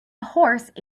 horse